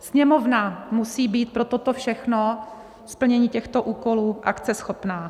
Sněmovna musí být pro toto všechno, splnění těchto úkolů, akceschopná.